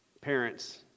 Parents